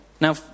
Now